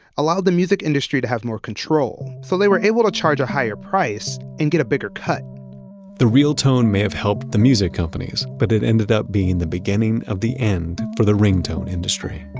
allowed the music industry to have more control, so they were able to charge a higher price and get a bigger cut the real tone may have helped the music companies, but it ended up being the beginning of the end for the ringtone industry